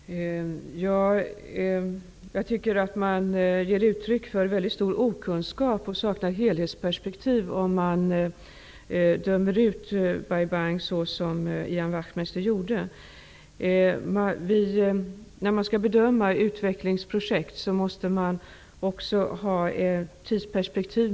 Herr talman! Jag tycker att man ger uttryck för mycket stor okunskap och saknar helhetsperspektiv, om man dömer ut Bai Bangprojektet så som Ian Wachtmeister gjorde. När man skall bedöma utvecklingsprojekt måste man också ha ett tidsperspektiv.